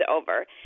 over